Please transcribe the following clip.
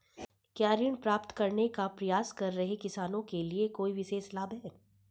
क्या ऋण प्राप्त करने का प्रयास कर रहे किसानों के लिए कोई विशेष लाभ हैं?